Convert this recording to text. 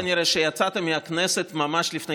זה כנראה מעיד שיצאת מהכנסת ממש לפני